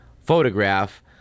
photograph